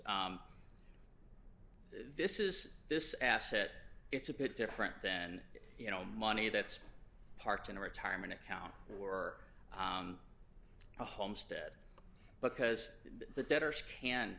this is this asset it's a bit different then you know money that parked in a retirement account or a homestead because the debtors can